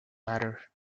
matter